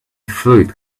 fluid